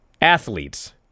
athletes